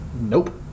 Nope